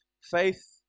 faith